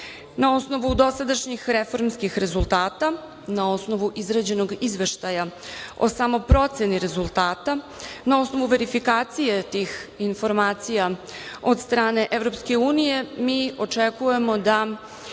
osnovu dosadašnjih reformskih rezultata na osnovu izrađenog izveštaja o samoj proceni rezultata, na osnovu verifikacije tih informacija od strane EU, mi očekujemo da